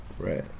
Right